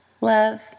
love